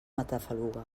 matafaluga